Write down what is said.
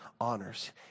honors